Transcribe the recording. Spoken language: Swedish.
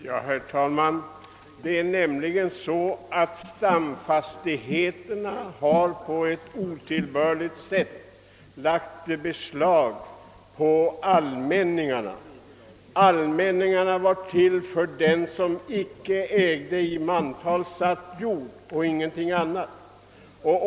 Herr talman! Det förhåller sig så, att stamfastigheterna på ett otillbörligt sätt har lagt beslag på allmänningarna, som var till för dem som icke ägde i mantal satt jord — och inte för andra.